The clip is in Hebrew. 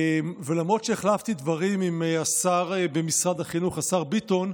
למרות שהחלפתי דברים עם השר במשרד החינוך ביטון,